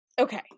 okay